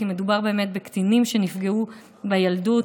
כי מדובר באמת בקטינים שנפגעו בילדות.